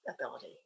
ability